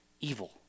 evil